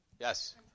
Yes